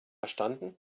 verstanden